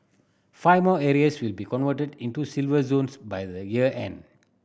five more areas will be converted into Silver Zones by the year end